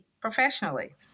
professionally